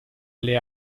alle